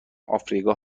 افریقا